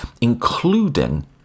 including